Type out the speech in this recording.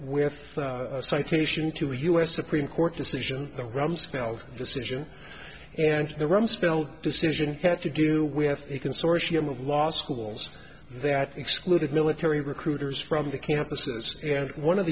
with a citation to a u s supreme court decision the rumsfeld decision and the rumsfeld decision had to do with a consortium of law schools that excluded military recruiters from the campuses and one of